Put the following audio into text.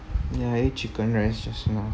ya I ate chicken rice just now